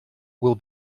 will